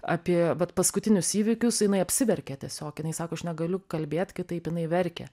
apie paskutinius įvykius jinai apsiverkė tiesiog jinai sako aš negaliu kalbėt kitaip jinai verkia